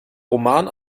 roman